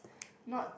not